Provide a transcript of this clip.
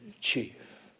chief